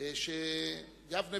שיבנה